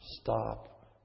stop